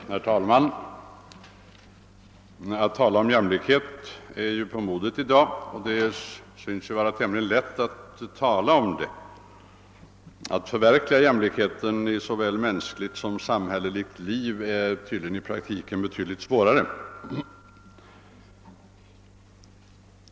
Herr talman! Att tala om jämlikhet är ju på modet i dag, och det synes vara tämligen lätt att tala om jämlikhet. Att förverkliga den i mänskligt och samhälleligt liv är tydligen i praktiken betydligt svårare.